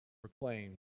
proclaimed